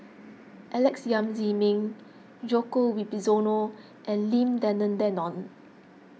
Alex Yam Ziming Djoko Wibisono and Lim Denan Denon